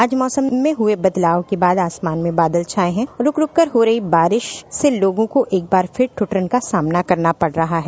आज मौसम में हुए बदलाव के बाद आसमान में बादल छाए हुए हैं और रुक रुक कर हो रही बारिश से लोगों को एक बार फिर ठंड का सामना करना पड़ रहा है